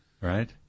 Right